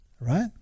right